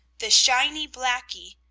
the shiny blackie,